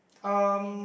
um